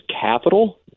capital